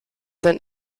sein